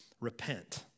repent